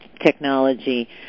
technology